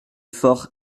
fort